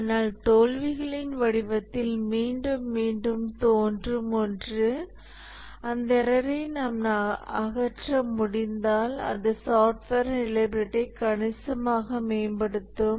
ஆனால் தோல்விகளின் வடிவத்தில் மீண்டும் மீண்டும் தோன்றும் ஒன்று அந்த எரர்ரை நாம் அகற்ற முடிந்தால் அது சாஃப்ட்வேரின் ரிலையபிலிட்டியை கணிசமாக மேம்படுத்தும்